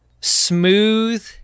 smooth